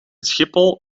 schiphol